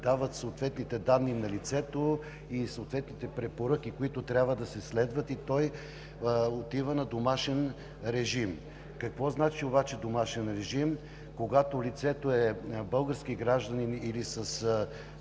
дават съответните данни на лицето и има съответните препоръки, които трябва да се следват, и той отива на домашен режим. Какво означава обаче домашен режим? Когато лицето е български гражданин или с